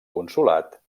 consolat